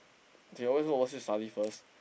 they always go overseas study first